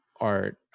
art